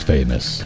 Famous